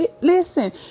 listen